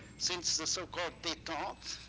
since the so-called detente.